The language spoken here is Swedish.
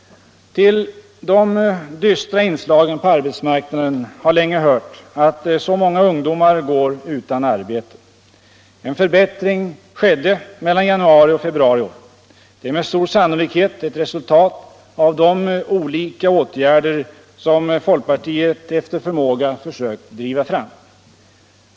Till de dystra inslagen på arbetsmarknaden har länge hört att så många ungdomar går utan arbete. En förbättring skedde mellan januari och februari i år. Det är med stor sannolikhet ett resultat av de olika åtgärder som folkpartiet efter förmåga försökt driva fram.